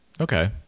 Okay